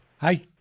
Hi